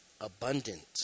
abundant